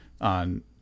on